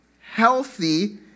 healthy